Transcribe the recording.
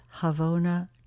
Havona